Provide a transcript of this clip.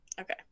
Okay